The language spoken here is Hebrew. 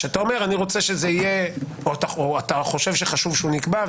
כשאתה אומר או כשאתה חושב שחשוב שהוא נקבע,